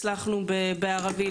הצלחנו בערבית,